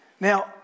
Now